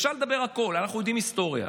אפשר לדבר הכול, אנחנו יודעים היסטוריה.